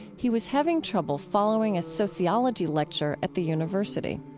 he was having trouble following a sociology lecture at the university